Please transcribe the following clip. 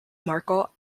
marco